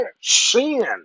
sin